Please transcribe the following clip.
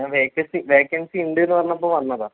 ഞാൻ vacancy vacancy ഉണ്ടെന്ന് പറഞ്ഞപ്പോൾ വന്നതാണ്